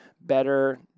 better